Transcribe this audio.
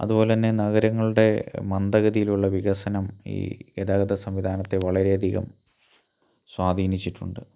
അതുപോലെത്തന്നെ നഗരങ്ങളുടെ മന്ദഗതിയിലുള്ള വികസനം ഈ ഗതാഗത സംവിധാനത്തെ വളരെയധികം സ്വാധീനിച്ചിട്ടുണ്ട്